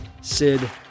Sid